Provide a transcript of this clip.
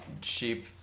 cheap